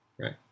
Right